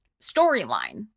storyline